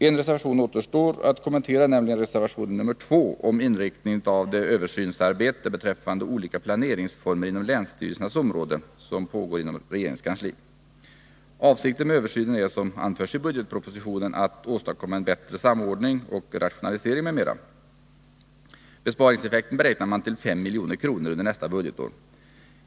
En reservation återstår att kommentera, nämligen reservation nr 2 om inriktningen av det översynsarbete beträffande olika planeringsformer inom länsstyrelsernas område som pågår inom regeringens kansli. Avsikten med översynen är, som anförs i budgetpropositionen, att åstadkomma en bättre samordning, rationalisering, m.m. Besparingseffekten beräknas till 5 milj.kr. under nästa budgetår.